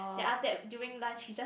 then after that during lunch he just